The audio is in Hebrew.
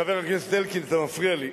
חבר הכנסת אלקין, אתה מפריע לי,